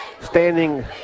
standing